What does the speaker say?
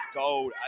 gold